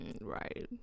right